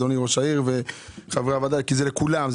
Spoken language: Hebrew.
אדוני ראש העיר וחברי הוועדה כי זה לכולם,